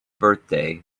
birthday